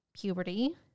Puberty